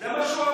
זה מה שהוא אמר.